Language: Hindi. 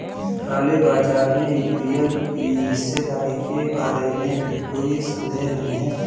काले बाजार में इंपीरियल की हिस्सेदारी के बारे में भी कोई संदेह नहीं है